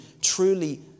truly